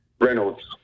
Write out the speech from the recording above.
Reynolds